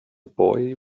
boy